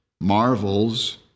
marvels